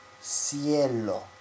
cielo